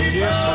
yes